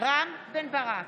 רם בן ברק,